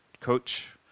coach